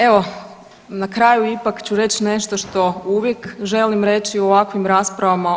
Evo na kraju ipak ću reć nešto što uvijek želim reći u ovakvim raspravama.